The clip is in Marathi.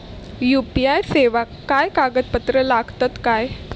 यू.पी.आय सेवाक काय कागदपत्र लागतत काय?